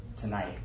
tonight